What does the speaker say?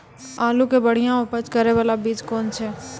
आलू के बढ़िया उपज करे बाला बीज कौन छ?